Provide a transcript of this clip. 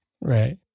Right